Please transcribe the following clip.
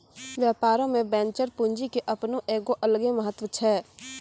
व्यापारो मे वेंचर पूंजी के अपनो एगो अलगे महत्त्व छै